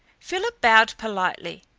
philip bowed politely.